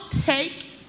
take